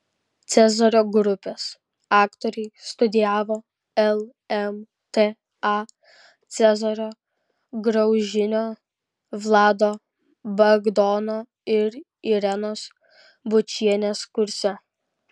cezario grupės aktoriai studijavo lmta cezario graužinio vlado bagdono ir irenos bučienės kurse